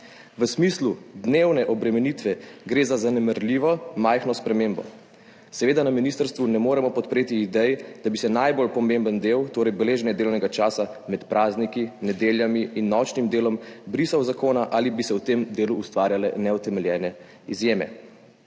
V smislu dnevne obremenitve gre za zanemarljivo majhno spremembo. Seveda na ministrstvu ne moremo podpreti idej, da bi se najbolj pomemben del, torej beleženje delovnega časa med prazniki, nedeljami in nočnim delom brisal iz zakona ali bi se v tem delu ustvarjale neutemeljene izjeme.